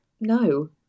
no